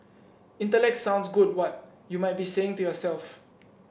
intellect sounds good what you might be saying to yourself